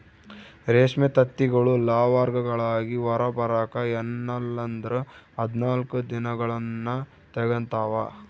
ರೇಷ್ಮೆ ತತ್ತಿಗಳು ಲಾರ್ವಾಗಳಾಗಿ ಹೊರಬರಕ ಎನ್ನಲ್ಲಂದ್ರ ಹದಿನಾಲ್ಕು ದಿನಗಳ್ನ ತೆಗಂತಾವ